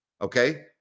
okay